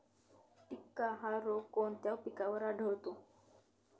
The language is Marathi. टिक्का हा रोग कोणत्या पिकावर आढळतो?